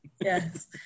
Yes